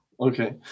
Okay